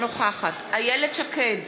נוכחת איילת שקד,